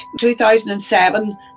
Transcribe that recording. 2007